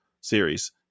series